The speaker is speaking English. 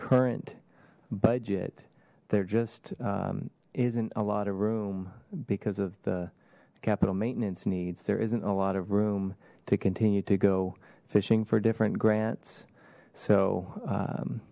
current budget there just isn't a lot of room because of the capital maintenance needs there isn't a lot of room to continue to go fishing for different grants so